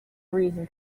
reason